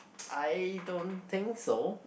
I don't think so